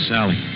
Sally